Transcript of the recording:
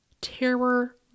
terror